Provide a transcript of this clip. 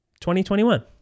2021